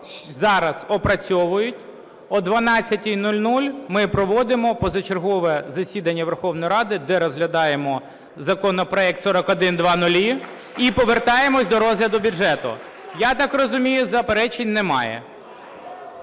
зараз опрацьовують. О 12:00 ми проводимо позачергове засідання Верховної Ради, де розглядаємо законопроект 4100 і повертаємося до розгляду бюджету. Я так розумію, заперечень немає.